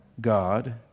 God